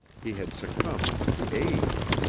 he had succumbed to age.